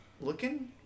looking